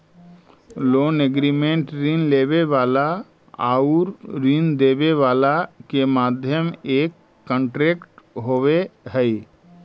loan agreement ऋण लेवे वाला आउर ऋण देवे वाला के मध्य एक कॉन्ट्रैक्ट होवे हई